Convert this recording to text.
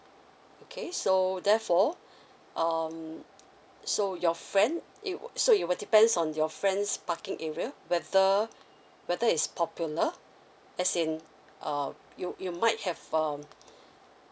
okay so therefore um so your friend it would so it will depends on your friend's parking area whether whether it's popular as in um you you might have um